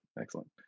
Excellent